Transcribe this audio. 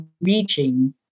reaching